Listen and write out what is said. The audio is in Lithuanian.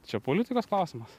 čia politikos klausimas